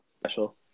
special